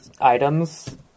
items